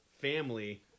family